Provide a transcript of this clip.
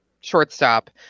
shortstop